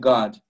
God